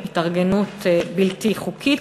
התארגנות בלתי חוקית,